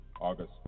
August